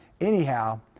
Anyhow